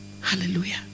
Hallelujah